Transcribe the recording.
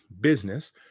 business